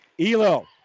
Elo